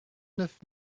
neuf